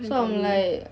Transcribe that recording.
then tak boleh